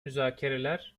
müzakereler